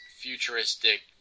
futuristic